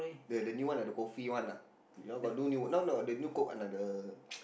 the the new one ah the coffee one ah you all got do new no no the new Coke one ah the